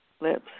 lips